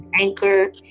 anchor